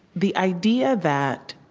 the idea that